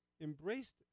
embraced